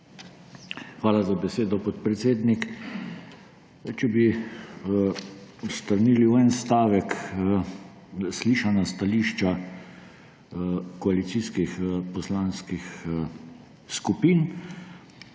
Hvala za besedo, podpredsednik. Če bi strnili v en stavek slišana stališča koalicijskih poslanskih skupin,